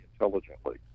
intelligently